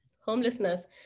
homelessness